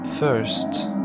First